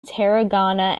tarragona